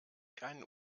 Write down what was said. keinen